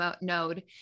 node